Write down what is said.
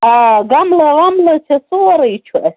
آ گملہٕ وملہٕ چھُ سورٕے چھُ اسہِ